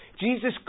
Jesus